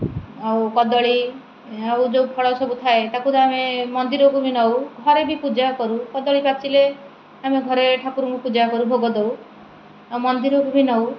ଆଉ କଦଳୀ ଆଉ ଯେଉଁ ଫଳ ସବୁ ଥାଏ ତାକୁ ତ ଆମେ ମନ୍ଦିରକୁ ବି ନେଉ ଘରେ ବି ପୂଜା କରୁ କଦଳୀ ପାଚିଲେ ଆମେ ଘରେ ଠାକୁରଙ୍କୁ ପୂଜା କରୁ ଭୋଗ ଦେଉ ଆଉ ମନ୍ଦିରକୁ ବି ନେଉ